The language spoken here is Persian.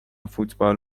فوتبال